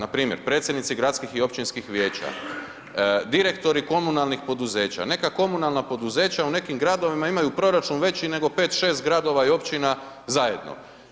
Npr. predsjednici gradskih i općinskih vijeća, direktori komunalnih poduzeća, neka komunalna poduzeća u nekim gradovima, imaju proračun veći nego 5-6 gradova i općina zajedno.